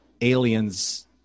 aliens